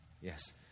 Yes